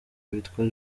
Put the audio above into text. witwa